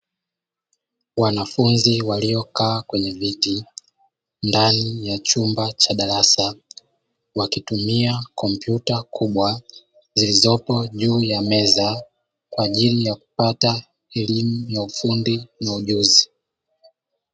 Wanafunzi waliokaa kwenye viti ndani ya chumba cha darasa wakitumia kompyuta kubwa zilizopo juu ya meza kwa ajili ya kupata elimu ya ufundi na ujuzi.